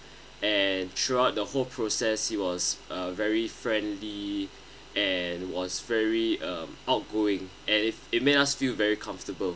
and throughout the whole process he was uh very friendly and was very um outgoing and it it made us feel very comfortable